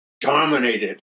dominated